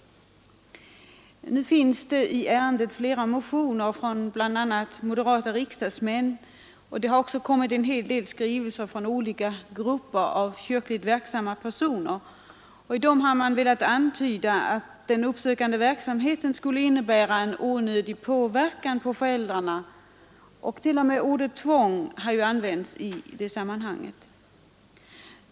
Flera motioner från bl.a. moderata riksdagsmän samt en del skrivelser från olika grupper av kyrkligt verksamma personer har velat antyda att den uppsökande verksamheten skulle innebära en onödig påverkan på föräldrarna och t.o.m. ordet tvång har använts i sammanhanget.